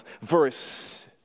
verse